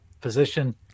position